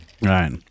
Right